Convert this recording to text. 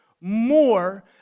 more